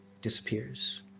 disappears